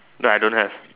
ya I don't have